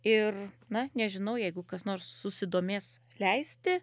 ir na nežinau jeigu kas nors susidomės leisti